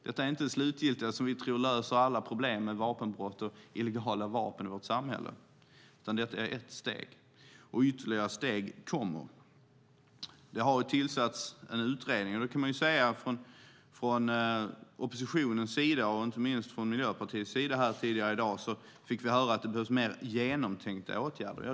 Det är inte det slutgiltiga som vi tror löser alla problem med vapenbrott och illegala vapen i vårt samhälle, utan det är ett steg, och ytterligare steg kommer att tas. Det har tillsatts en utredning. Från oppositionens sida och inte minst från Miljöpartiets sida har vi tidigare i dag fått höra att det behövs mer genomtänkta åtgärder.